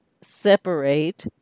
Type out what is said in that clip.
separate